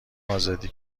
آزادی